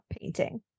painting